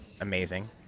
amazing